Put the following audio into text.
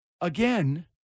again